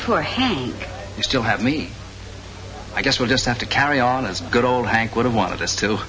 hank you still have me i guess we'll just have to carry on as good old hank would have wanted us to